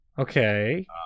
Okay